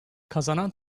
kazanan